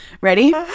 ready